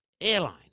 airline